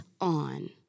on